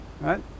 Right